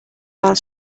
while